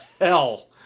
hell